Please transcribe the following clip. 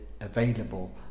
available